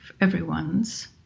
everyone's